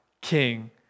King